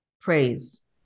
praise